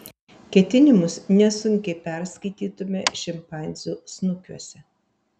ketinimus nesunkiai perskaitytume šimpanzių snukiuose